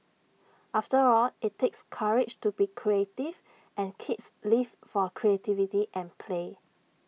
after all IT takes courage to be creative and kids live for creativity and play